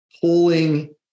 pulling